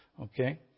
Okay